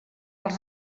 als